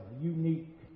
unique